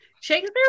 Shakespeare